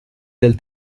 del